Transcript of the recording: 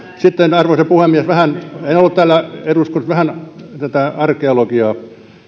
sitten arvoisa puhemies en ollut täällä eduskunnassa vähän tätä arkeologiaa